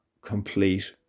complete